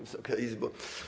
Wysoka Izbo!